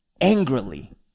angrily